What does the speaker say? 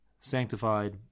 sanctified